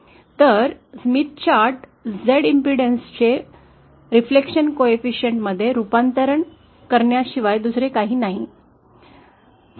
तरस्मिथ chart Z इम्पेन्डेन्सचे परावर्तन गुणांक ात रूपांतरण करण्याशिवाय काही नाही